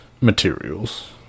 materials